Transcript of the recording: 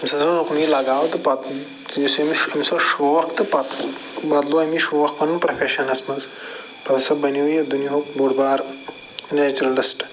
أمِس ہَسا اوس یُکنُے لَگاو تہٕ پَتہٕ یُس أمِس أمِس اوس شوق تہٕ پَتہٕ بَدلو أمۍ یہِ شوق پَنُن پرٛوفٮ۪شَنَس مَنٛز پَتہٕ ہَسا بَنیو یہِ دُنیُہُک بوٚڈ بار نیچرَلِسٹ